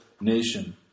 nation